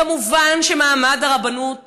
כמובן שמעמד הרבנות יישמר.